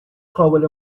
قابل